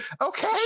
Okay